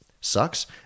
sucks